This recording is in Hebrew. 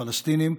הפלסטינים,